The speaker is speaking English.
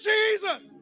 Jesus